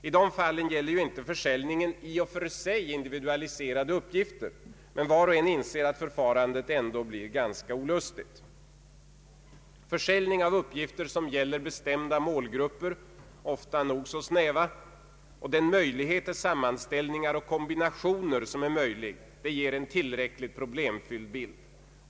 I dessa fall gäller inte försäljningen i och för sig individualiserade uppgifter, men var och en inser att förfarandet ändå blir ganska olustigt. Försäljning av uppgift som gäller bestämda målgrupper, ofta nog så snäva, och möjligheten till sammanställningar och kombinationer ger en tillräckligt problemfylld bild.